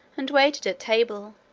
and waited at table.